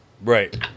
Right